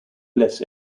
bless